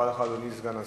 סגן השר,